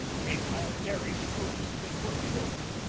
meanwhile terry's troops had been put ashore.